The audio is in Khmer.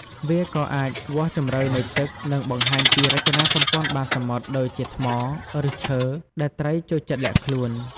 វាក៏អាចវាស់ជម្រៅនៃទឹក និងបង្ហាញពីរចនាសម្ព័ន្ធបាតសមុទ្រ ដូចជាថ្ម ឫសឈើ ដែលត្រីចូលចិត្តលាក់ខ្លួន។